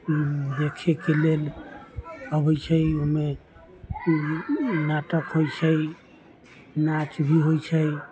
देखै के लेल अबै छै ओइमे नाटक होइ छै नाच भी होइ छै